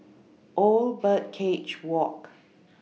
Old Birdcage Walk